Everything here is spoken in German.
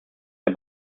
der